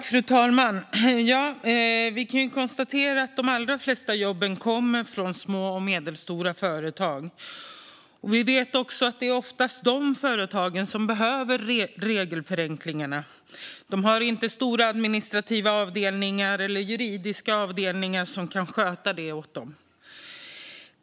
Fru talman! Vi kan konstatera att de allra flesta jobben kommer i små och medelstora företag. Vi vet också att det oftast är de företagen som behöver regelförenklingarna. De har inte stora administrativa eller juridiska avdelningar som kan sköta det åt dem.